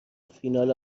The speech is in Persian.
فینال